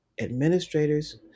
administrators